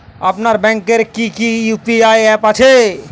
আপনার ব্যাংকের কি কি ইউ.পি.আই অ্যাপ আছে?